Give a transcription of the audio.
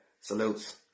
Salutes